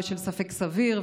בשל ספק סביר,